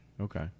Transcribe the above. Okay